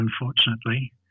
unfortunately